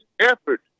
effort